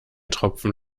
tropfen